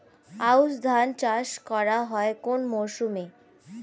আউশ ধান চাষ করা হয় কোন মরশুমে?